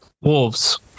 Wolves